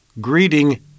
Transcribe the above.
greeting